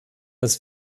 dass